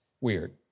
Weird